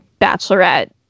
Bachelorette